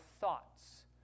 thoughts